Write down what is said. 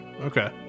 Okay